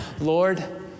Lord